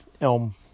Elm